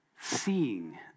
Seeing